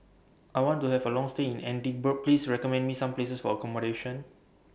I want to Have A Long stay in Edinburgh Please recommend Me Some Places For accommodation